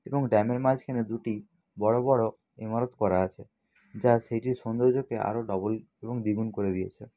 এবং ড্যামের মাঝখানে দুটি বড়ো বড়ো ইমারত করা আছে যা সেটির সৌন্দর্যকে আরো ডবল এবং দ্বিগুণ করে দিয়েছে